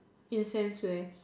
in a sense where